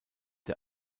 der